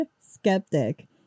skeptic